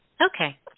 Okay